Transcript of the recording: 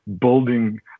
building